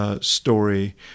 Story